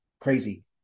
crazy